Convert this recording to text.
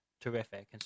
terrific